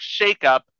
shakeup